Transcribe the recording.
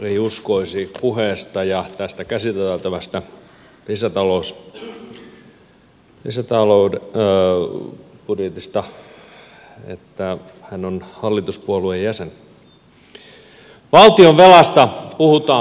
ei uskoisi puheesta ja tästä käsiteltävästä lisäbudjetista että hän on hallituspuolueen jäsen